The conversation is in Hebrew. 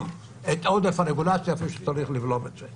את עודף הרגולציה איפה שצריך לבלום את זה,